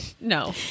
No